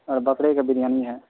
اور بکرے کا بریانی ہے